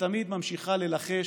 שתמיד ממשיכה ללחש,